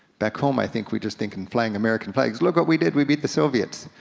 back home i think we just think i'm flying american flags, look what we did, we beat the soviets.